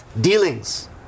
Dealings